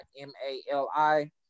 m-a-l-i